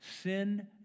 sin